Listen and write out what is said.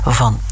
van